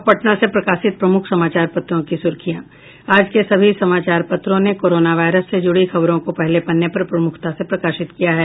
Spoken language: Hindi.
अब पटना से प्रकाशित प्रमुख समाचार पत्रों की सुर्खियां आज के सभी समाचार पत्रों ने कोरोना वायरस से जुड़ी खबरों को पहले पन्ने पर प्रमुखता से प्रकाशित किया है